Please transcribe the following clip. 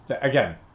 Again